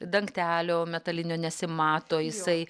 dangtelio metalinio nesimato jisai